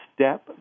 step